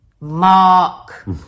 Mark